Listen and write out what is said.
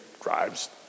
drives